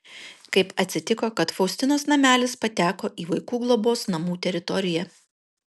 kaip atsitiko kad faustinos namelis pateko į vaikų globos namų teritoriją